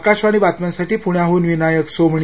आकाशवाणी बातम्यांसाठी पुण्याहून विनायक सोमणी